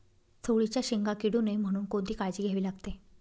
चवळीच्या शेंगा किडू नये म्हणून कोणती काळजी घ्यावी लागते?